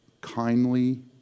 kindly